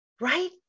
right